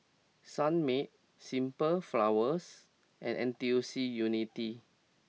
Sunmaid Simple Flowers and N T U C Unity